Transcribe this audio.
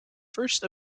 first